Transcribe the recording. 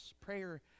Prayer